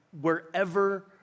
wherever